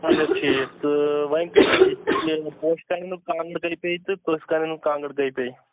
اچھا ٹھیٖک تہٕ وۅنۍ کٔہۍ پیٚیہِ یہِ پوشہِ کانیٚن ہِنٛز کانٛگٕر کٔہۍ پیٚیہِ تہٕ کانیٚن ہِنٛز کانٛگٕر کٔہۍ پیٚیہِ